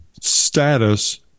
status